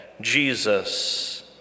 Jesus